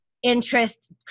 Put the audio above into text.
interest